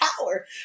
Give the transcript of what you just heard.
Power